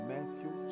Matthew